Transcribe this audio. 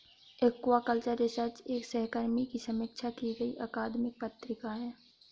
aquaculture Research एक सहकर्मी की समीक्षा की गई अकादमिक पत्रिका है